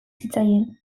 zitzaien